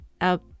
up